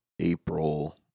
april